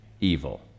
evil